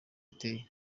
iteye